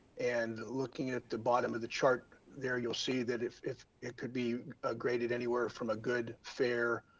and looking at the bottom of the chart there, you'll see that if if it could be a graded anywhere from a good, fair,